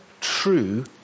true